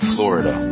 Florida